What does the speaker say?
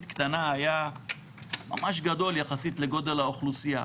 קטנה היה ממש גדול יחסית לגודל האוכלוסייה,